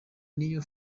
niyo